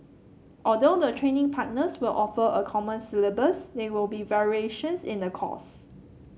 although the training partners will offer a common syllabus there will be variations in the course